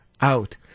out